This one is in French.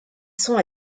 sont